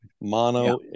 Mono